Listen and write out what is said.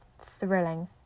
thrilling